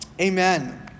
Amen